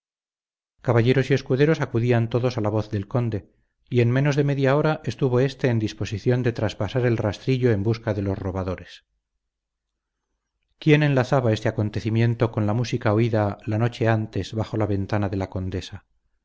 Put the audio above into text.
caballeros y escuderos acudían todos a la voz del conde y en menos de media hora estuvo éste en disposición de traspasar el rastrillo en busca de los robadores quién enlazaba este acontecimiento con la música oída la noche antes bajo la ventana de la condesa